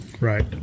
Right